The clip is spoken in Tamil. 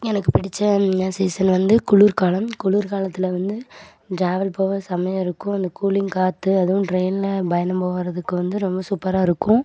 எனக்கு பிடிச்ச என்ன சீசன் வந்து குளிர்காலம் குளிர்காலத்துல வந்து ட்ராவல் போக செம்மையாக இருக்கும் அந்த கூலிங் காற்று அதுவும் ட்ரெயினில் பயணம் போகறதுக்கு வந்து ரொம்ப சூப்பராக இருக்கும்